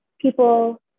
people